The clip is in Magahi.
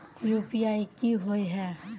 यु.पी.आई की होय है?